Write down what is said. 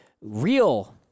real